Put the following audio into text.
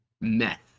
meth